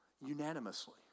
unanimously